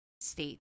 state